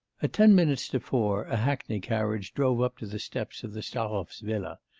ah ten minutes to four, a hackney-carriage drove up to the steps of the stahovs's villa,